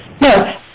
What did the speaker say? No